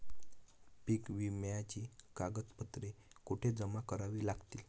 पीक विम्याची कागदपत्रे कुठे जमा करावी लागतील?